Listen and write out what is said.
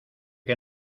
que